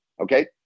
Okay